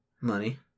Money